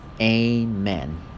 Amen